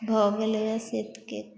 भऽ गेलै बस एतबै